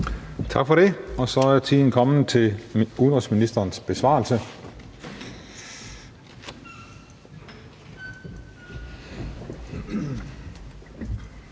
Tak for det. Så er tiden kommet til udenrigsministerens besvarelse.